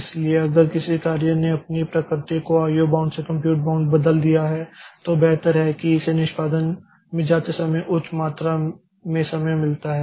इसलिए अगर किसी कार्य ने अपनी प्रकृति को IO बाउंड से कंप्यूट बाउंड बदल दिया है तो बेहतर है कि इसे निष्पादन में जाते समय उच्च मात्रा में समय मिलता है